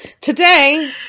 Today